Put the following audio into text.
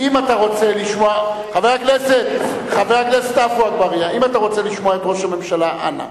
אם אתה רוצה לשמוע את ראש הממשלה, אנא.